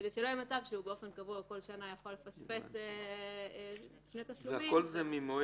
כדי שלא יהיה מצב שבאופן קבוע הוא יכול לפספס שני תשלומים בכל שנה.